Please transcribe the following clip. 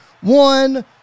One